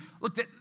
Look